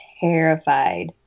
terrified